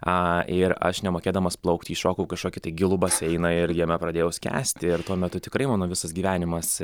a ir aš nemokėdamas plaukti įšokau į kažkokį gilų baseiną ir jame pradėjau skęsti ir tuo metu tikrai mano visas gyvenimas